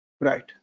Right